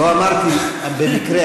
לא אמרתי "במקרה",